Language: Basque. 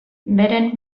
beren